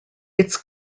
its